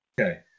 Okay